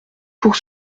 pour